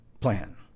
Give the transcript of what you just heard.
plan